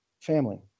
family